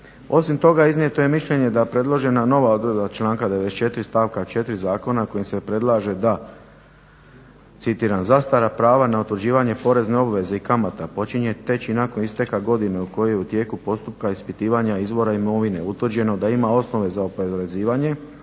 Osim toga, iznijeto je mišljenje da predložena nova odredba članka 94. stavka 4. Zakona kojim se predlaže da citira: "Zastara prava na utvrđivanje porezne obveze i kamata počinje teći nakon isteka godine u kojoj je u tijeku postupak ispitivanja izvora imovine utvrđeno da ima osnove za oporezivanje"